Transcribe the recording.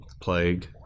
Plague